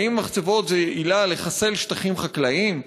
האם מחצבות הן עילה לחסל שטחים חקלאיים?